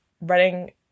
running